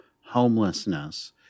homelessness